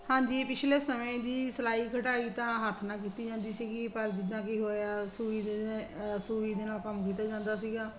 ਹਾਂਜੀ ਪਿਛਲੇ ਸਮੇਂ ਦੀ ਸਿਲਾਈ ਕਢਾਈ ਤਾਂ ਹੱਥ ਨਾ ਕੀਤੀ ਜਾਂਦੀ ਸੀਗੀ ਪਰ ਜਿੱਦਾਂ ਕਿ ਹੋਇਆ ਸੂਈ ਦੇ ਸੂਈ ਦੇ ਨਾਲ ਕੰਮ ਕੀਤਾ ਜਾਂਦਾ ਸੀਗਾ